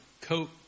coat